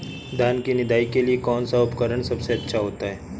धान की निदाई के लिए कौन सा उपकरण सबसे अच्छा होता है?